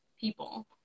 people